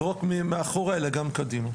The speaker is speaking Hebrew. לא רק מאחורה אלא גם קדימה.